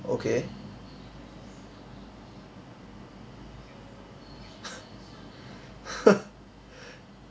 okay